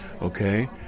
Okay